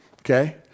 okay